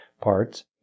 parts